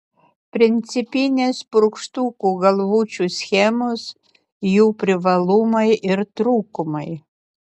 principinės purkštukų galvučių schemos jų privalumai ir trūkumai